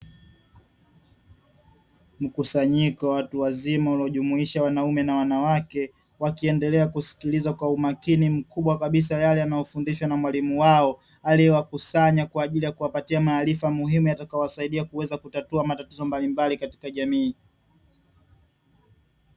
Mkusanyiko wa watu wazima unaojumuisha wanaume na wanawake, wakiendelea kusikiliza kwa umakini mkubwa kabisa yale wanayofundishwa na mwalimu wao. Aliyewakusanya kwa ajili ya kuwapatia maarifa muhimu yatakaowasaidia kuweza kutatua matatizo mbalimbali katika jamii.